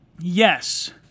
yes